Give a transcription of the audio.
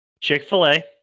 Chick-fil-a